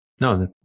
No